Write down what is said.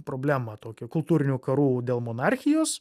problemą tokią kultūrinių karų dėl monarchijos